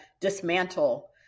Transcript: dismantle